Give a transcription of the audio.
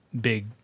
big